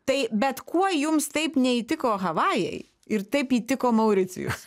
tai bet kuo jums taip neįtiko havajai ir taip įtiko mauricijus